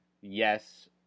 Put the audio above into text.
yes